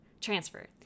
transfer